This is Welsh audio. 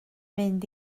mynd